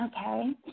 Okay